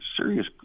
serious